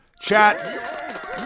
chat